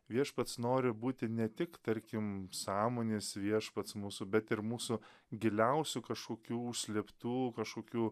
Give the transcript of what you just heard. viešpats nori būti ne tik tarkim sąmonės viešpats mūsų bet ir mūsų giliausių kažkokių užslėptų kažkokių